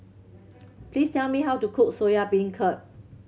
please tell me how to cook Soya Beancurd